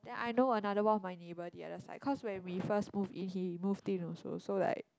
then I know another one my neighbour the other side because when we first move in he move in also so like